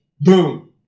boom